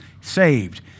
saved